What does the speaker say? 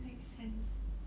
makes sense